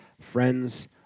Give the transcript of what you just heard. friends